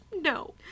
No